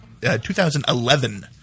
2011